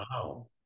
Wow